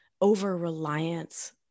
over-reliance